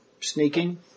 sneaking